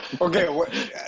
Okay